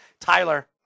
Tyler